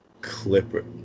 Clipper